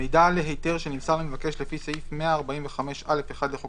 מידע להיתר שנמסר למבקש לפי סעיף 145(א1) לחוק